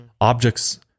objects